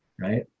right